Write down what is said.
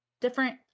different